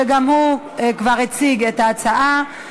וגם הוא כבר הציג את ההצעה.